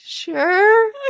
sure